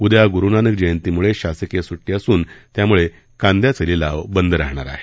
उद्या ग्रूनानक जयंतीमुळे शासकिय स्ट्टी असून त्याम्ळे कांद्याचे लिलाव बंद राहणार आहेत